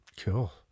Cool